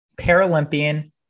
paralympian